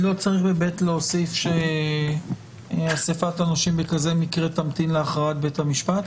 לא צריך ב-(ב) להוסיף שאסיפת הנושים במקרה כזה תמתין להכרעת בית המשפט?